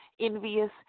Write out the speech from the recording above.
envious